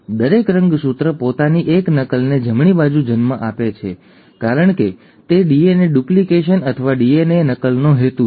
દરેક રંગસૂત્ર પોતાની એક નકલને જમણી બાજુ જન્મ આપે છે કારણ કે તે ડીએનએ ડુપ્લિકેશન અથવા ડીએનએ નકલનો હેતુ છે